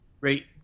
Great